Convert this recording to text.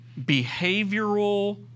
behavioral